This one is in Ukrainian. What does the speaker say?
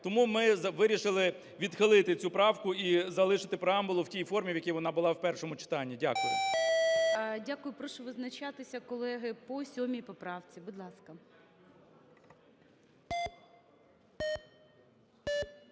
Тому ми вирішили відхилити цю правку і залишити преамбулу в тій формі, в якій вона була в першому читанні. Дякую. ГОЛОВУЮЧИЙ. Дякую. Прошу визначатися, колеги, по 7 поправці. Будь ласка.